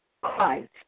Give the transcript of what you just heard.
Christ